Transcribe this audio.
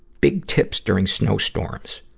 big tips during snowstorms.